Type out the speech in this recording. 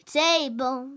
table